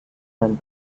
dan